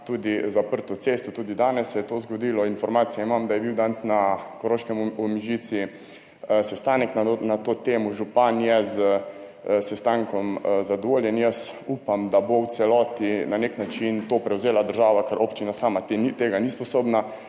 dan zaprto cesto. Tudi danes se je to zgodilo. Informacije imam, da je bil danes na Koroškem v Mežici sestanek na to temo. Župan je s sestankom zadovoljen. Jaz upam, da bo v celoti na nek način to prevzela država, ker občina sama tega ni sposobna